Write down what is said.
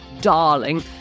darling